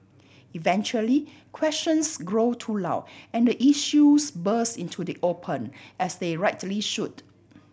eventually questions grow too loud and the issues burst into the open as they rightly should